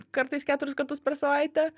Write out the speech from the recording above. kartais keturis kartus per savaitę